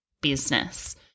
business